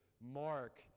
Mark